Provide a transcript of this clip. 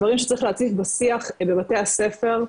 דברים שצריך להציג בשיח בבתי הספר,